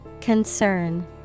Concern